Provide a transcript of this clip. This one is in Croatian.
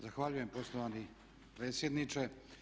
Zahvaljujem poštovani predsjedniče.